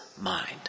mind